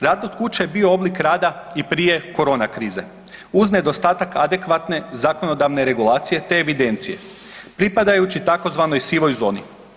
Rad od kuće bio je oblik rada i prije korona krize uz nedostatak adekvatne zakonodavne regulacije te evidencije, pripadajuću tzv. sivoj zoni.